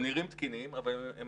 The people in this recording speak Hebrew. הם נראים תקינים, אבל הם